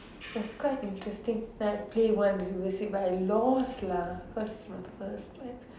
was quite interesting then I play one but I lost lah cause my first